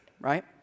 right